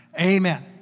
amen